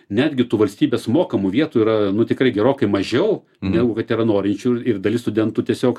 netgi tų valstybės mokamų vietų yra nu tikrai gerokai mažiau negu kad yra norinčių ir dalis studentų tiesiog